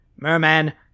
Merman